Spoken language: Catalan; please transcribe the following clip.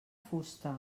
fusta